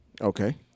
Okay